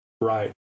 right